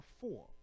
four